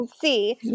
see